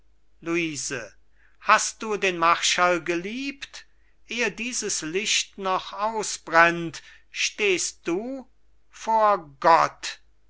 luise hast du den marschall geliebt ehe dieses licht noch ausbrennt stehst du vor gott